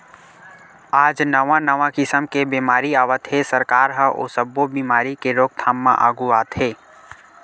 आज नवा नवा किसम के बेमारी आवत हे, सरकार ह ओ सब्बे बेमारी के रोकथाम म आघू आथे